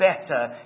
better